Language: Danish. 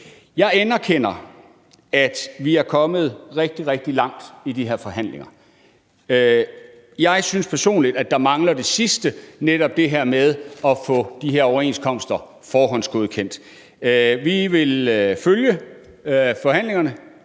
Jeg anerkender, at vi er kommet rigtig, rigtig langt i de forhandlinger. Jeg synes personligt, at der mangler det sidste, altså netop det her med at få de her overenskomster forhåndsgodkendt. Vi vil følge forhandlingerne